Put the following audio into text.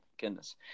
goodness